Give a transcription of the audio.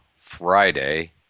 Friday